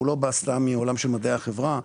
הוא לא בא סתם מעולם של מדעי החברה,